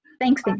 thanks